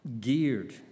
geared